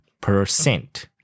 Percent